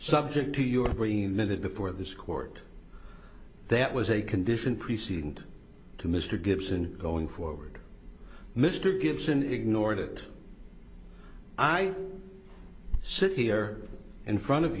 subject to your being minute before this court that was a condition preceding to mr gibson going forward mr gibson ignored it i sit here in front of